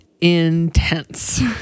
intense